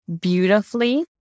beautifully